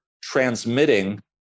transmitting